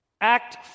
Act